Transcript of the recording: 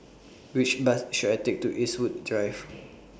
Which Bus should I Take to Eastwood Drive